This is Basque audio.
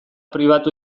pribatu